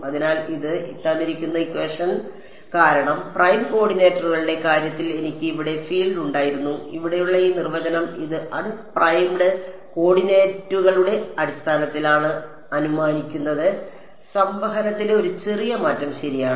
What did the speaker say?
അതിനാൽ ഇത് കാരണം പ്രൈം കോർഡിനേറ്റുകളുടെ കാര്യത്തിൽ എനിക്ക് ഇവിടെ ഫീൽഡ് ഉണ്ടായിരുന്നു ഇവിടെയുള്ള ഈ നിർവ്വചനം ഇത് അൺപ്രൈംഡ് കോർഡിനേറ്റുകളുടെ അടിസ്ഥാനത്തിലാണ് അനുമാനിക്കുന്നത് സംവഹനത്തിലെ ഒരു ചെറിയ മാറ്റം ശരിയാണ്